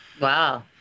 Wow